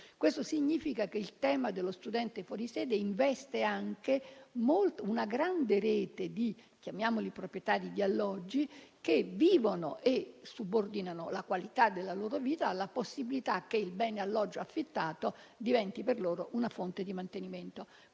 Questo significa che il tema dello studente fuori sede investe molto una grande rete di proprietari di alloggi, che vivono e subordinano la qualità della loro vita alla possibilità che il bene alloggio affittato diventi per loro una fonte di mantenimento.